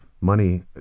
Money